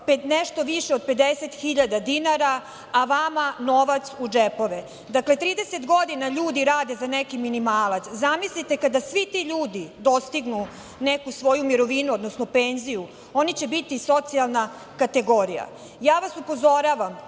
nešto više od 50.000 dinara, a vama novac u džepove. Dakle, 30 godina ljudi rade za neki minimalac. Zamislite kada svi ti ljudi dostignu neku svoju mirovinu, odnosno penziju, oni će biti socijalna kategorija. Upozoravam